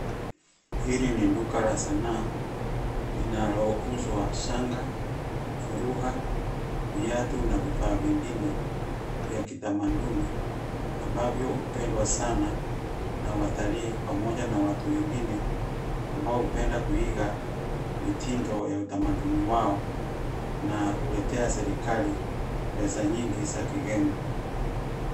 Hili ni duka la sanaa, linalouzwa shanga, vuruga, viatu na vifaa vingine vya kitamaduni ambavyo hupendwa sana na watalii pamoja na watu wengine ambao hupenda kuiga mitindo ya utamaduni wao na huletea serikali pesa nyingi za kigeni.